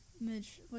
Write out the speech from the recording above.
Midge